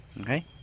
Okay